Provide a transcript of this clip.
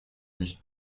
lui